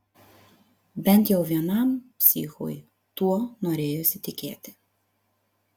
bent jau vienam psichui tuo norėjosi tikėti